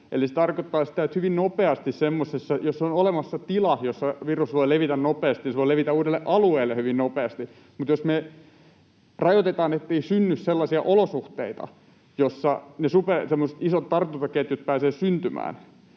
Eli se tarkoittaa sitä, että jos on olemassa tila, jossa virus voi levitä nopeasti, niin se voi levitä uudelle alueelle hyvin nopeasti, mutta jos me rajoitetaan, niin ettei synny sellaisia olosuhteita, joissa ne semmoiset isot tartuntaketjut pääsevät syntymään,